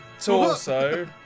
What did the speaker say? torso